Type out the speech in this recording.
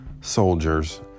soldiers